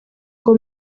ngo